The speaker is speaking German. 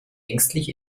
ängstlich